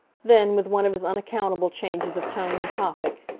then, with one of his unaccountable changes of tone and topic,